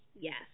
Yes